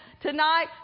tonight